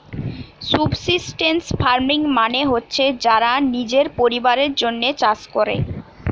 subsistence farming মানে হচ্ছে যারা নিজের পরিবারের জন্যে চাষ কোরে